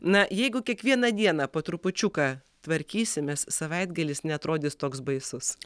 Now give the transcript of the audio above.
na jeigu kiekvieną dieną po trupučiuką tvarkysimės savaitgalis neatrodys toks baisus